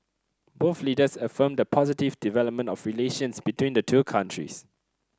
both leaders affirmed the positive development of relations between the two countries